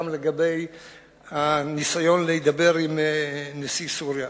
גם לגבי הניסיון להידבר עם נשיא סוריה.